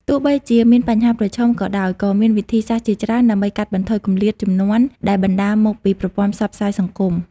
ទោះបីជាមានបញ្ហាប្រឈមក៏ដោយ ក៏មានវិធីសាស្រ្តជាច្រើនដើម្បីកាត់បន្ថយគម្លាតជំនាន់ដែលបណ្តាលមកពីប្រព័ន្ធផ្សព្វផ្សាយសង្គម។